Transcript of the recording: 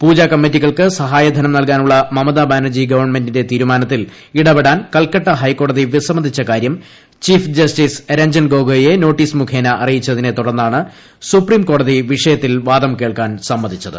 പൂജാ കമ്മിറ്റികൾക്ക് സഹായധനം നൽകാനുള്ള മമതാ ബാനർജി ഗവൺമെന്റിന്റെ തീരുമാനത്തിൽ ഇടപെടാൻ കൽക്കട്ട ഹൈക്കോടതി വിസമ്മതിച്ച കാര്യം ചീഫ് ജസ്റ്റിസ് രജ്ജൻ ഗോഗോയിയെ നോട്ടീസ് മുഖേന അറിയിച്ചതിനെ തുടർന്നാണ് സുപ്രീംകോടതി വിഷയത്തിൽ വാദം കേൾക്കാൻ സമ്മതിച്ചത്